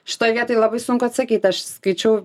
šitoj vietoj labai sunku atsakyt aš skaičiau